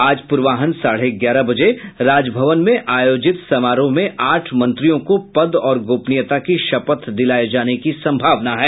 आज प्रर्वाह्न साढ़े ग्यारह बजे राजभवन में आयोजित समारोह में आठ मंत्रियों को पद और गोपनीयता की शपथ दिलाये जाने की संभावना है